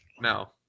no